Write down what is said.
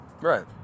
Right